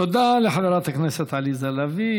תודה לחברת הכנסת עליזה לביא.